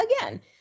again